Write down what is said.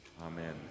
amen